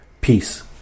Peace